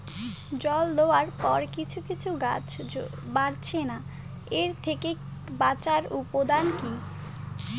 জল দেওয়ার পরে কিছু কিছু গাছ বাড়ছে না এর থেকে বাঁচার উপাদান কী?